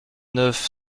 neuf